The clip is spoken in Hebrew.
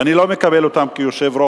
ואני לא מקבל אותן כיושב-ראש.